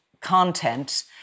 content